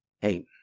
Hey